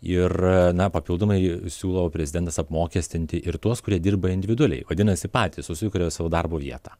ir na papildomai siūlo prezidentas apmokestinti ir tuos kurie dirba individualiai vadinasi patys susikuria savo darbo vietą